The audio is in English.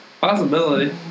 Possibility